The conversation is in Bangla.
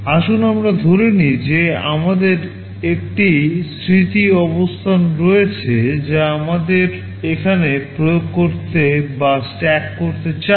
আসুন আমরা ধরে নিই যে আমাদের একটি স্মৃতি অবস্থান রয়েছে যা আমরা এখানে প্রয়োগ করতে বা স্ট্যাক করতে চাই